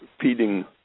feeding